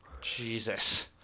Jesus